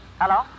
Hello